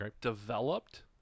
developed